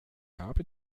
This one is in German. habe